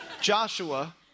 Joshua